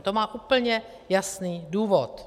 To má úplně jasný důvod.